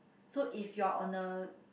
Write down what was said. so if you are on a